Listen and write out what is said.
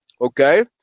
okay